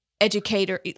educator